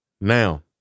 Now